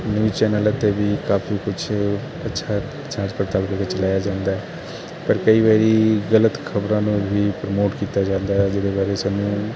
news channel ਉੱਤੇ ਵੀ ਕਾਫੀ ਕੁਛ ਅੱਛਾ ਜਾਂਚ ਪੜਤਾਲ ਦੇ ਵਿੱਚ ਲਾਇਆ ਜਾਂਦਾ ਪਰ ਕਈ ਵਾਰੀ ਗਲਤ ਖਬਰਾਂ ਨੂੰ ਵੀ ਪ੍ਰਮੋਟ ਕੀਤਾ ਜਾਂਦਾ ਹੈ ਜਿਹਦੇ ਬਾਰੇ ਸਾਨੂੰ